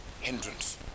hindrance